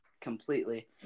completely